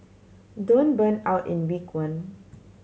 don't burn out in week one